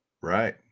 Right